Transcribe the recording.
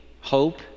hope